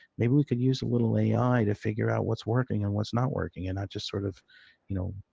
maybe we can use a little ai to figure out what's working and what's not working. and not just sort of, you know,